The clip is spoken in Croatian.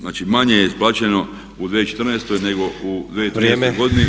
Znači, manje je isplaćeno u 2014. nego u 2013. godini.